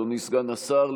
אדוני סגן השר,